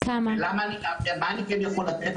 על מה אני כן יכול לתת?